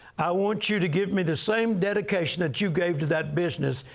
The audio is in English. i want you to give me the same dedication that you gave to that business,